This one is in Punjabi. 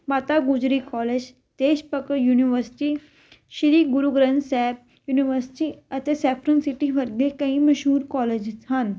ਮਾਤਾ ਗੁਜਰੀ ਕੋਲਜ ਦੇਸ਼ ਪਕ ਯੂਨੀਵਰਸਿਟੀ ਸ਼੍ਰੀ ਗੁਰੂ ਗ੍ਰੰਥ ਸਾਹਿਬ ਯੂਨੀਵਰਸਿਟੀ ਅਤੇ ਸੈਫਰਨ ਸਿਟੀ ਵਰਗੇ ਕਈ ਮਸ਼ਹੂਰ ਕੋਲਜਜ ਹਨ